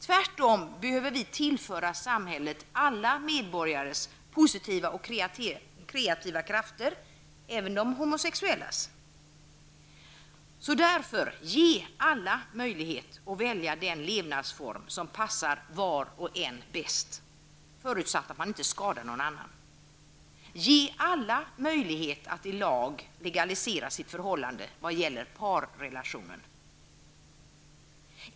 Tvärtom behöver vi tillföra samhället alla medborgares positiva och kreativa krafter, även de homosexuellas. Ge därför alla möjlighet att välja den levnadsform som passar var och en bäst, förutsatt att det inte skadar någon annan. Ge i lag alla möjlighet att legalisera sitt förhållande när det gäller parrelationen.